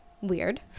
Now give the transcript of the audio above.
weird